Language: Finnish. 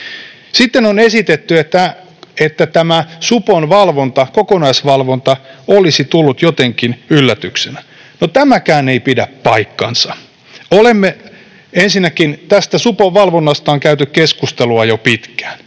Sitten on esitetty, että tämä supon valvonta, kokonaisvalvonta, olisi tullut jotenkin yllätyksenä. No tämäkään ei pidä paikkaansa. Ensinnäkin tästä supon valvonnasta on käyty keskustelua jo pitkään.